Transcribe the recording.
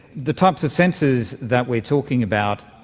the types of sensors that we're talking about,